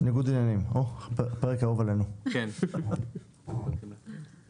דוד או דודה וילדיהם, חם, חמות,